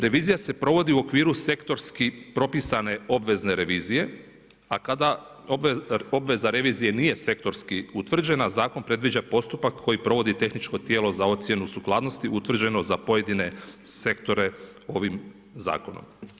Revizija se provodi u okviru sektorski propisane obvezne revizije, a kada obveza revizije nije sektorski utvrđena, Zakon predviđa postupak koji provodi tehničko tijelo za ocjenu sukladnosti utvrđeno za pojedine sektore ovim Zakonom.